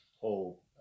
whole